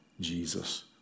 Jesus